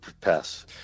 Pass